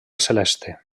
celeste